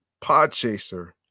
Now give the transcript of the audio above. Podchaser